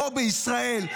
פה בישראל.